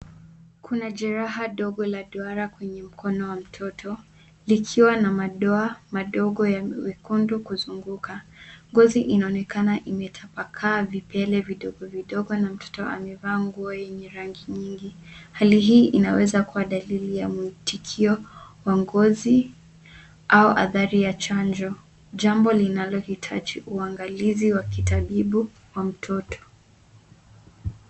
Kuna jeraha dogo la duara kwenye mkono wa mtoto likiwa na madoa madogo ya wekundu kuzunguka. Ngozi inaonekana imetapakaa vipele vidogo vidogo na mtoto amevaa nguo yenye rangi nyingi. Hali hii inaweza kuwa dalili ya mwitikio wa ngozi au athari ya chanjo jambo linalohitaji uangalizi wa kitabibu wa mtoto.